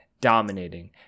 dominating